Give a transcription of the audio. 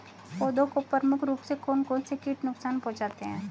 पौधों को प्रमुख रूप से कौन कौन से कीट नुकसान पहुंचाते हैं?